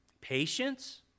patience